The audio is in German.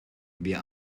wer